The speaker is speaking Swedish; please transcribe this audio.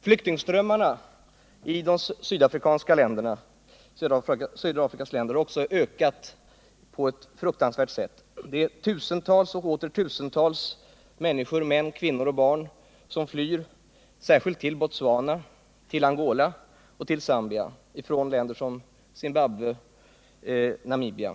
Flyktingströmmarna i södra Afrikas länder har också ökat på ett fruktansvärt sätt. Det är tusentals och åter tusentals människor, män, kvinnor och barn, som flyr särskilt till Botswana, Angola och Zambia från länder som Zimbabwe och Namibia.